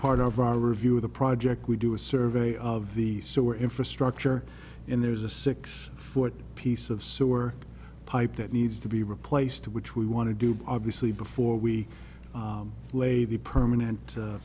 part of our review of the project we do a survey of the sewer infrastructure in there's a six foot piece of sewer pipe that needs to be replaced which we want to do but obviously before we lay the permanent